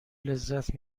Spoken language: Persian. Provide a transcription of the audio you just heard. لذت